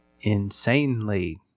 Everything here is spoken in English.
Insanely